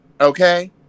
okay